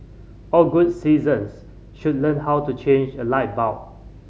all good citizens should learn how to change a light bulb